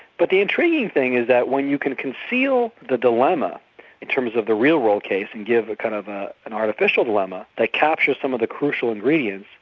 but the intriguing thing is that when you can conceal the dilemma in terms of the real role case and give a kind of ah an artificial dilemma that captures some of the crucial ingredients,